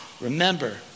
remember